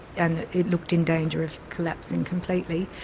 and it looked in danger of collapsing completely,